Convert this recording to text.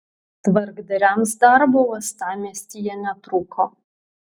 tvarkdariams darbo uostamiestyje netrūko